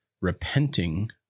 repenting